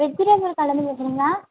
vegetable கடையிலேருந்து பேசுகிறீங்களா